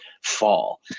fall